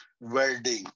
welding